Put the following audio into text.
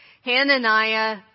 Hananiah